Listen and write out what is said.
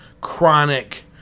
chronic